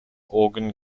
organ